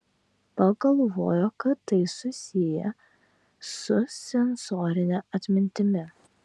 pagalvojo kad tai susiję su sensorine atmintimi